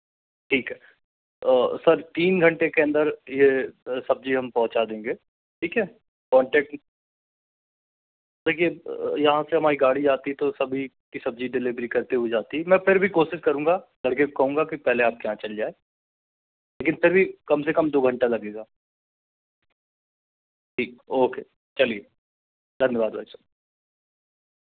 ठीक है सर तीन घंटे के अन्दर ये सब्जी हम पहुँचा देंगे ठीक है कॉन्टैक्ट देखिए यहाँ से हमारी गाड़ी आती है तो सभी की सब्जी डिलीवरी करती हुई जाती है मैं फिर भी कोशिश करूँगा बल्कि कहूँगा के पहले आपके यहाँ चली जाए लेकिन फिर भी कम से कम दो घंटा लगेगा जी ओके चलिए धन्यवाद भाई साहब